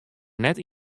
net